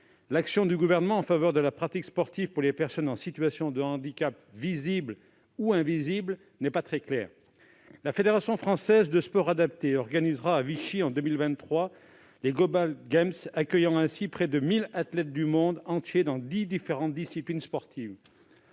l'action du Gouvernement en faveur de la pratique sportive pour les personnes en situation de handicap, visible ou invisible, n'est pas très claire. La Fédération française du sport adapté organisera à Vichy en 2023 les, accueillant ainsi près de 1 000 athlètes du monde entier dans dix différentes disciplines sportives.